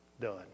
done